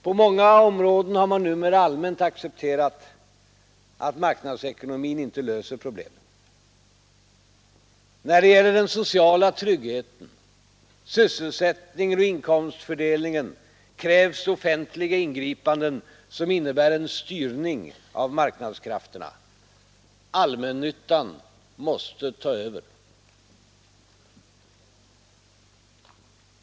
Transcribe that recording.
På många områden har man numera allmänt accepterat att marknads ekonomin inte löser problemen. När det gäller den sociala tryggheten, sysselsättningen och inkomstfördelningen krävs offentliga ingripanden som innebär en styrning av marknadskrafterna. Allmännyttan måste ta över.